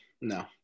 No